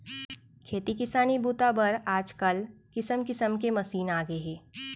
खेती किसानी बूता बर आजकाल किसम किसम के मसीन आ गए हे